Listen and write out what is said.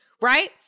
Right